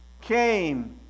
came